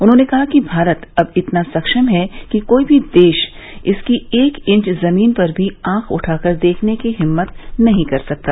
उन्होंने कहा कि भारत अब इतना सक्षम है कि कोई भी देश इसकी एक इंच की जमीन पर भी आंख उठाकर देखने की हिम्मत नहीं कर सकता